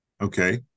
Okay